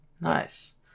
Nice